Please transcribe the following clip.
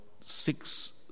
six